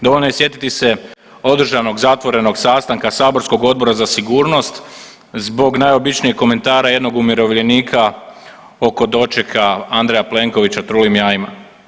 Dovoljno je sjetiti se održanog zatvorenog sastanka saborskog Odbora za sigurnost zbog najobičnijeg komentara jednog umirovljenika oko dočeka Andreja Plenkovića trulim jajima.